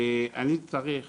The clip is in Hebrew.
אני צריך